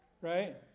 right